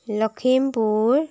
Lakhimpur